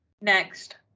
Next